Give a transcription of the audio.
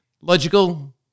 logical